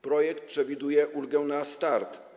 Projekt przewiduje ulgę na start.